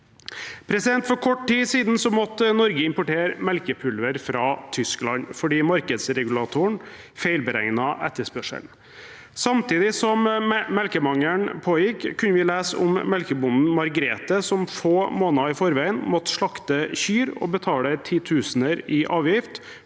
For kort tid siden måtte Norge importere melkepulver fra Tyskland fordi markedsregulatoren feilberegnet etterspørselen. Samtidig som melkemangelen pågikk, kunne vi lese om melkebonden Margrethe, som få måneder i forveien måtte slakte kyr og betale titusener i avgift